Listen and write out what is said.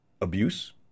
abuse